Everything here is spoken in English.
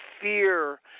fear